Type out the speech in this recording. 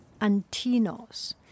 Antinos